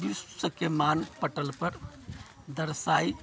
विश्वके मान पटलपर दर्शा